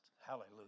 Hallelujah